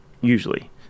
usually